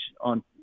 on